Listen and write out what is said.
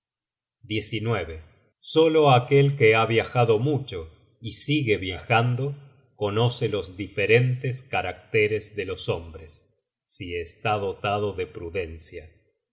at solo aquel que ha viajado mucho y sigue viajando conoce los diferentes caractéres de los hombres si está dotado de prudencia